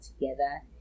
together